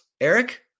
Eric